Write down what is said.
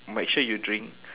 make sure you drink